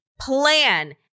plan